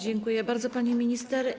Dziękuję bardzo, pani minister.